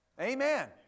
Amen